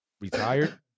retired